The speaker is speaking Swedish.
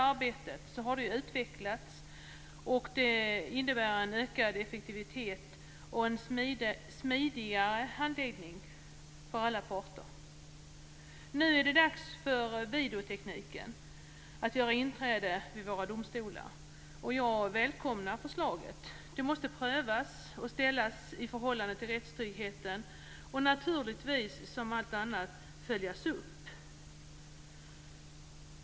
Arbetet har utvecklats och innebär en ökad effektivitet och smidigare handläggning för alla parter. Nu är det dags för videotekniken att göra inträde vid våra domstolar. Jag välkomnar förslaget. Det måste prövas och ställas i förhållande till rättstryggheten. Naturligtvis måste det, som allt annat, följas upp.